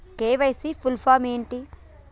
KYC full form ఏంటి?